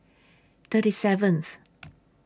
thirty seventh